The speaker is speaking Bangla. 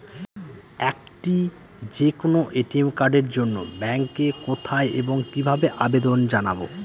একটি যে কোনো এ.টি.এম কার্ডের জন্য ব্যাংকে কোথায় এবং কিভাবে আবেদন জানাব?